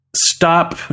stop